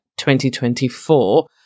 2024